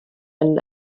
yng